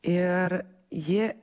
ir ji